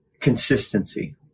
consistency